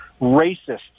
racists